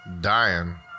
Dying